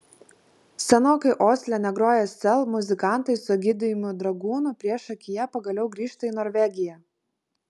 senokai osle negroję sel muzikantai su egidijumi dragūnu priešakyje pagaliau grįžta į norvegiją